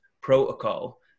protocol